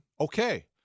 Okay